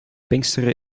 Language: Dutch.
pinksteren